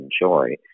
enjoy